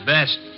Best